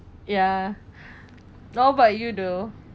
ya how about you though